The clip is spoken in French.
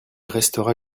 restera